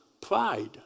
pride